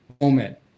moment